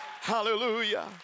Hallelujah